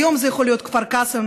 היום זה יכול להיות כפר קאסם,